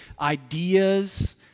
ideas